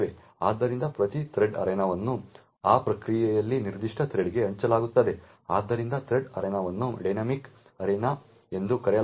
ಆದ್ದರಿಂದ ಪ್ರತಿ ಥ್ರೆಡ್ ಅರೇನಾವನ್ನು ಆ ಪ್ರಕ್ರಿಯೆಯಲ್ಲಿ ನಿರ್ದಿಷ್ಟ ಥ್ರೆಡ್ಗೆ ಹಂಚಲಾಗುತ್ತದೆ ಆದ್ದರಿಂದ ಥ್ರೆಡ್ ಅರೇನಾವನ್ನು ಡೈನಾಮಿಕ್ ಅರೇನಾ ಎಂದೂ ಕರೆಯಲಾಗುತ್ತದೆ